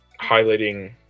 highlighting